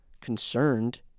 concerned